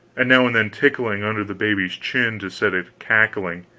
and now and then tickling under the baby's chin to set it cackling,